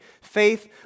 Faith